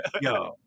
yo